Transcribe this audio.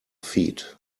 feet